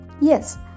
Yes